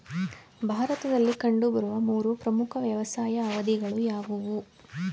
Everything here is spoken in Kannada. ಭಾರತದಲ್ಲಿ ಕಂಡುಬರುವ ಮೂರು ಪ್ರಮುಖ ವ್ಯವಸಾಯದ ಅವಧಿಗಳು ಯಾವುವು?